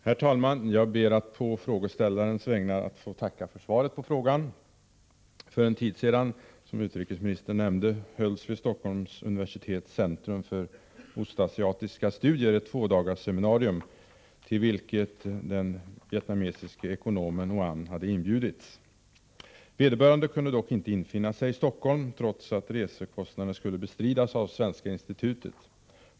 Herr talman! Jag ber att på frågeställarens vägnar få tacka för svaret på frågan. För en tid sedan hölls, som utrikesministern nämnde, vid Stockholms universitets centrum för ostasiatiska studier ett tvådagarsseminarium, till vilket den vietnamesiske ekonomen Oanh hade inbjudits. Vederbörande kunde dock inte infinna sig i Stockholm, trots att resekostnaderna skulle bestridas av Svenska institutet.